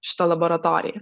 šita laboratorija